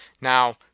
Now